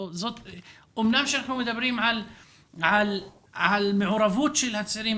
אמנם אנחנו מדברים על מעורבות של הצעירים